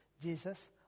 Jesus